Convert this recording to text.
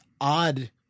odd